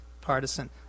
partisan